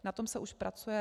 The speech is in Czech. Na tom se už pracuje.